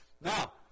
Now